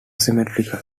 asymmetrical